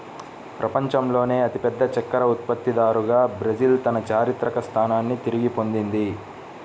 ప్రపంచంలోనే అతిపెద్ద చక్కెర ఉత్పత్తిదారుగా బ్రెజిల్ తన చారిత్రక స్థానాన్ని తిరిగి పొందింది